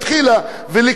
ל-40 שנה,